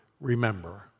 remember